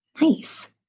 nice